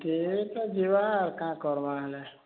ଏମିତି ତ ଯିବା କାଁ କରବା ହେଲେ